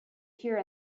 here